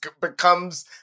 becomes